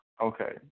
Okay